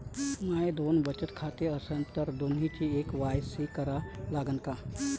माये दोन बचत खाते असन तर दोन्हीचा के.वाय.सी करा लागन का?